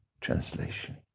translation